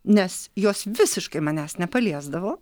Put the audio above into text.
nes jos visiškai manęs nepaliesdavo